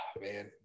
Man